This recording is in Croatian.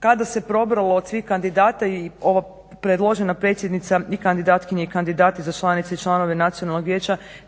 kada se probralo od svih kandidata i ova predložena predsjednica i kandidatkinje i kandidati za članice i članove Nacionalnog vijeća